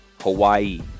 Hawaii